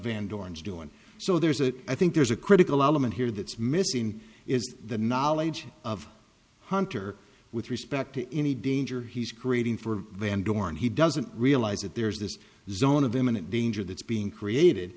van dorn's doing so there's a i think there's a critical element here that's missing is the knowledge of hunter with respect to any danger he's creating for van dorn he doesn't realize that there's this zone of imminent danger that's being created